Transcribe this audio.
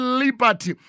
liberty